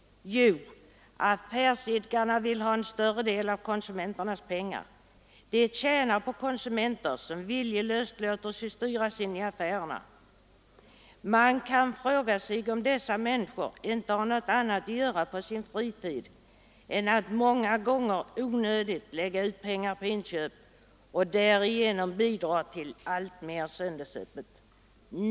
Jo, affärsidkarna vill ha en större del av konsumenternas pengar. De tjänar på konsumenter som viljelöst låter sig styras in i affärerna. Man kan fråga sig om inte dessa människor har något annat att göra på sin fritid än att många gånger onödigt lägga ut pengar på inköp och därigenom bidra till alltmer söndagsöppet.